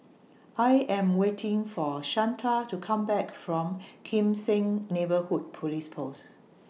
I Am waiting For Shanta to Come Back from Kim Seng Neighbourhood Police Post